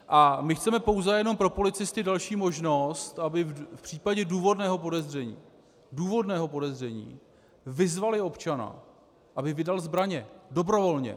A my chceme pouze a jenom pro policisty další možnost, aby v případě důvodného podezření důvodného podezření vyzvali občana, aby vydal zbraně, dobrovolně.